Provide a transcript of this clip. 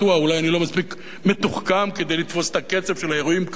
אולי אני לא מספיק מתוחכם כדי להבין את הקצב של האירועים כאן,